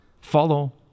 follow